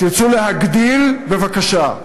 תרצו להגדיל, בבקשה.